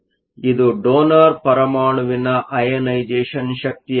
ಇದು ಡೋನರ್ ಪರಮಾಣುವಿನ ಅಯನೆಸೇಷ಼ನ್ ಶಕ್ತಿಯಾಗಿದೆ